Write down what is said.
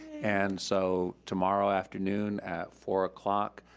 and so tomorrow afternoon at four o'clock,